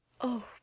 Oh